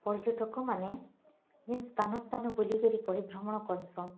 ପର୍ଯ୍ୟଟକମାନେ ଯେନ୍ ସ୍ଥାନ ସ୍ଥାନ ବୁଲିକରି ପରିଭ୍ରମଣ କର୍ସଁ